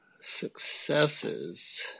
Successes